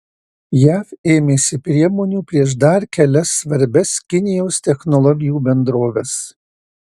jav ėmėsi priemonių prieš dar kelias svarbias kinijos technologijų bendroves